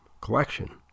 collection